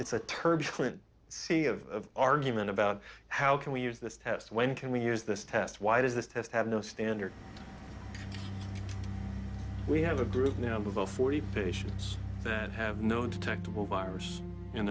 it's a turbulent sea of argument about how can we use this test when can we use this test why does this test have no standard we have a group you know about forty patients that have no detectable virus in